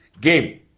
game